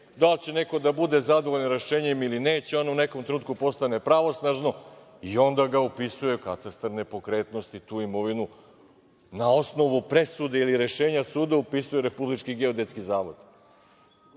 da li će neko da bude zadovoljan rešenjem ili neće, ono u nekom trenutku postane pravosnažno i onda ga upisuje u katastar nepokretnosti, tu imovinu, na osnovu presude ili rešenja suda upisuje Republički geodetski